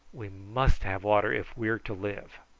we must have water if we are to live.